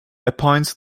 appoints